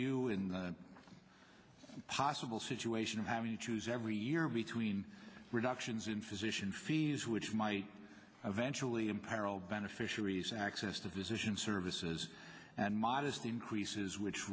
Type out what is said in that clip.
you in the possible situation of having to choose every year between reductions in physician fees which might eventually imperil beneficiaries access to decision services and modest increases which